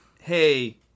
Hey